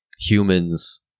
humans